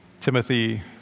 Timothy